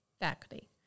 faculty